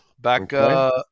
Back